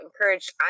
encouraged